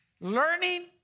Learning